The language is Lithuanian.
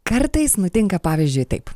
kartais nutinka pavyzdžiui taip